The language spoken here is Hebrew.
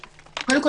קודם כול,